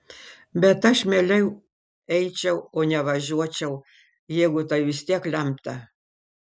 bet aš mieliau eičiau o ne važiuočiau jeigu tai vis tiek lemta